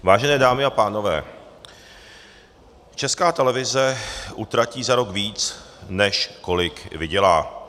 Vážené dámy a pánové, Česká televize utratí za rok víc, než kolik vydělá.